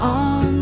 on